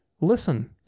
listen